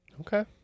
Okay